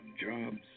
jobs